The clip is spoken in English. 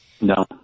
No